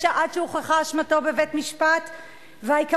קשה בזכויות יסוד חוקתיות של אנשים ונותנת